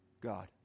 God